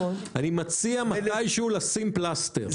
אני מציע מתישהו לשים פלסטר.